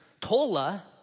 Tola